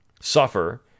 suffer